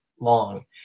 long